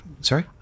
Sorry